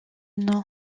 nom